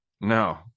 No